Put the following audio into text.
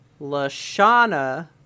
Lashana